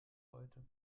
heute